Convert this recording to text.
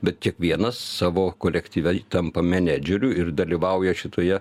bet kiekvienas savo kolektyviai tampa menedžerių ir dalyvauja šitoje